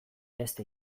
beste